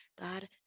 God